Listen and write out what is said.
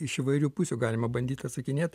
iš įvairių pusių galima bandyt atsakinėt